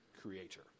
creator